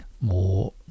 more